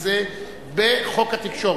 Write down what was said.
30% פחות שכר.